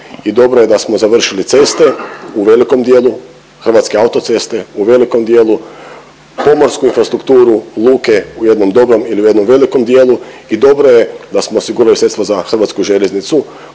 dobro je da smo završili ceste u velikom dijelu, hrvatske autoceste u velikom dijelu, pomorsku infrastrukturu luke u jednom dobrom i u jednom dijelu i dobro je da smo osigurali sredstva za Hrvatsku željeznicu